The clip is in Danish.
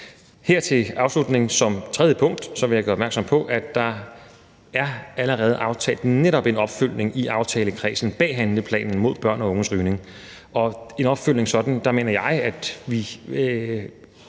Her til afslutning som det tredje punkt vil jeg gøre opmærksom på, at der allerede er aftalt netop en opfølgning i aftalekredsen bag handleplanen mod børns og unges rygning. Vi har et stort ønske om det, jeg har det